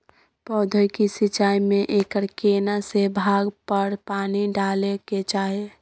पौधों की सिंचाई में एकर केना से भाग पर पानी डालय के चाही?